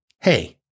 Hey